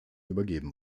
übergeben